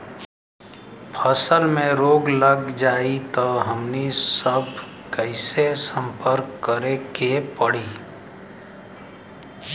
फसल में रोग लग जाई त हमनी सब कैसे संपर्क करें के पड़ी?